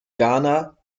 ghana